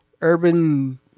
urban